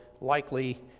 likely